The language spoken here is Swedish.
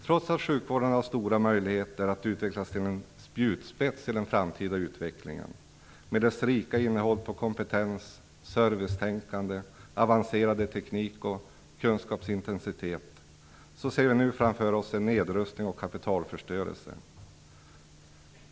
Trots att sjukvården har stora möjligheter att utvecklas till en spjutspets i den framtida utvecklingen, med dess rika innehåll på kompetens, servicetänkande, avancerade teknik och kunskapsintensitet, ser vi nu framför oss en nedrustning och kapitalförstörelse.